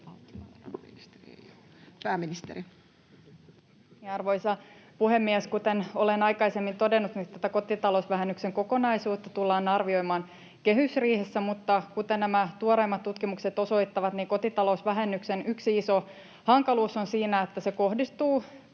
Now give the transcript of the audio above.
Pääministeri. Arvoisa puhemies! Kuten olen aikaisemmin todennut, niin tätä kotitalousvähennyksen kokonaisuutta tullaan arvioimaan kehysriihessä, mutta kuten nämä tuoreimmat tutkimukset osoittavat, kotitalousvähennyksen yksi iso hankaluus on siinä, että se kohdistuu